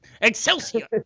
Excelsior